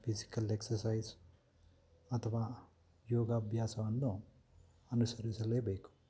physical exercise ಅಥವಾ ಯೋಗಾಭ್ಯಾಸವನ್ನು ಅನುಸರಿಸಲೇಬೇಕು